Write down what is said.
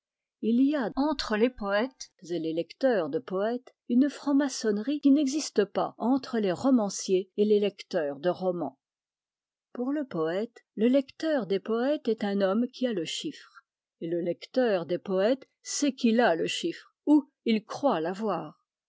il y a entre les poètes et les lecteurs de poètes une franc-maçonnerie qui n'existe pas entre les romanciers et les lecteurs de romans pour le poète le lecteur des poètes est un homme qui a le chiffre et le lecteur des poètes sait qu'il a le chiffre ou il croit l'avoir